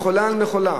מכולה על מכולה